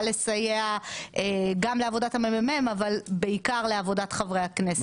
לסייע לעבודת המ.מ.מ ובעיקר לעבודת חברי הכנסת.